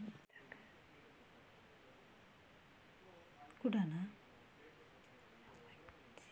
ಕಾಲುವೆ ನೀರಿನ ವ್ಯವಸ್ಥೆಯನ್ನು ಯಾವ್ಯಾವ ಬೆಳೆಗಳಿಗೆ ಉಪಯೋಗಿಸಬಹುದು?